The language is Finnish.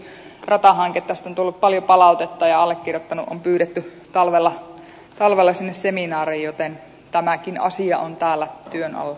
tästä on tullut paljon palautetta ja allekirjoittanut on pyydetty talvella sinne seminaariin joten tämäkin asia on täällä työn alla